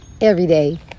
Everyday